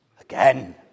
again